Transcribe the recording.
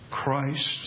Christ